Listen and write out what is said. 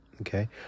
Okay